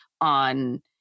on